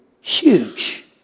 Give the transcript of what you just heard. Huge